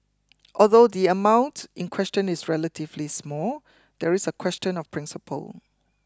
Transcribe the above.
although the amount in question is relatively small there is a question of principle